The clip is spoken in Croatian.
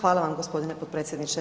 vam g. potpredsjedniče.